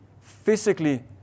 physically